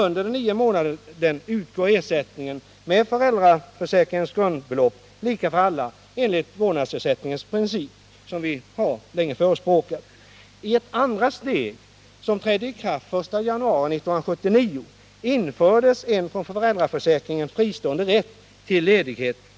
Under den nionde månaden utgår ersättning med föräldraförsäkringens grundbelopp lika för alla enligt vårdnadsersättningens princip, som vi länge förespråkat. I ett andra steg, som trädde i kraft den 1 januari 1979, infördes en från föräldraförsäkringen fristående rätt till ledighet.